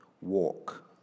walk